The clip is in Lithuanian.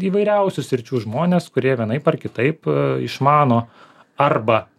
įvairiausių sričių žmonės kurie vienaip ar kitaip išmano arba